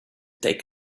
take